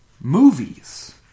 movies